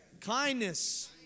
kindness